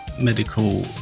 medical